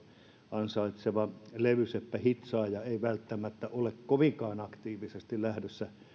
ansaitseva levyseppähitsaaja ei välttämättä ole kovinkaan aktiivisesti lähdössä